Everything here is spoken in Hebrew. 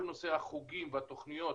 כל נושא החוגים והתוכניות,